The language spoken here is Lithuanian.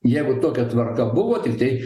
jeigu tokia tvarka buvo tiktai